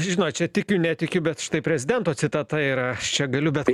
žinot čia tikiu netikiu bet štai prezidento citata yra čia galiu bet